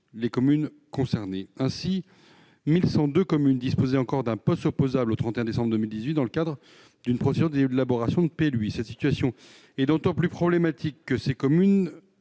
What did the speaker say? les communes concernées. Ainsi, 1 102 communes disposaient encore d'un POS opposable au 31 décembre 2018 dans le cadre d'une procédure d'élaboration de PLUI. C'est d'autant plus problématique pour ces communes